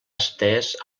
estès